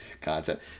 concept